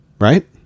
Right